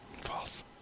False